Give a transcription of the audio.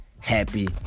happy